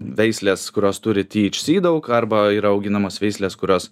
veislės kurios turi tyeičsy daug arba yra auginamos veislės kurios